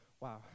Wow